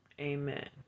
Amen